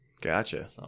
Gotcha